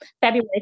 February